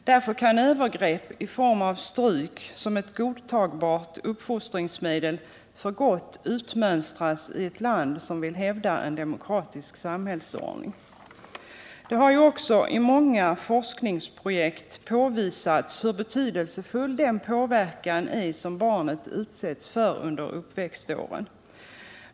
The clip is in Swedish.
Därför kan övergrepp i form av stryk som ett godtagbart uppfostringsmedel för gott utmönstras i ett land som vill hävda en demokratisk samhällsordning. Det har också i många forskningsprojekt påvisats hur betydelsefull den påverkan är som barnet utsätts för under uppväxtåren.